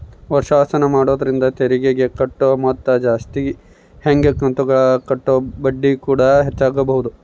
ವರ್ಷಾಶನ ಮಾಡೊದ್ರಿಂದ ತೆರಿಗೆಗೆ ಕಟ್ಟೊ ಮೊತ್ತ ಜಾಸ್ತಗಿ ಹಂಗೆ ಕಂತುಗುಳಗ ಕಟ್ಟೊ ಬಡ್ಡಿಕೂಡ ಹೆಚ್ಚಾಗಬೊದು